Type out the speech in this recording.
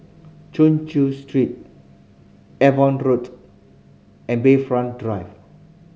Chin Chew Street Avon Road and Bayfront Drive